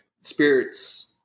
spirits